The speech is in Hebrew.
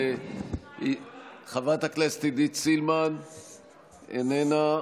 חברת הכנסת עידית סילמן, איננה.